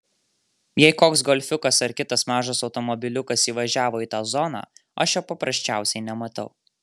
jei koks golfiukas ar kitas mažas automobiliukas įvažiavo į tą zoną aš jo paprasčiausiai nematau